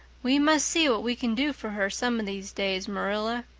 we must see what we can do for her some of these days, marilla.